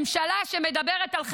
זאת הרשימה שמכבדת ממשלה שמדברת על חירום,